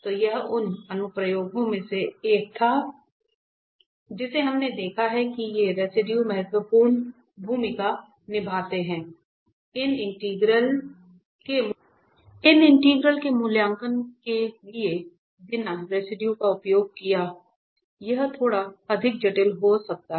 तो यह उन अनुप्रयोगों में से एक था जिसे हमने देखा है कि ये रेसिडुए महत्वपूर्ण भूमिका निभाते हैं इन इंटीग्रल के मूल्यांकन के लिए बिना रेसिडुए का उपयोग किए यह थोड़ा अधिक जटिल हो सकता है